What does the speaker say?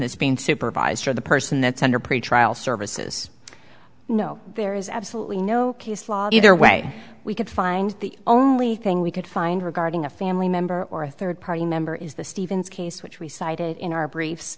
is being supervised by the person that's under pretrial services no there is absolutely no case law either way we could find the only thing we could find regarding a family member or a third party member is the stevens case which we cited in our briefs